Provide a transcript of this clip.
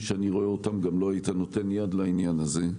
שאני רואה אותם גם לא היית נותן יד לעניין הזה.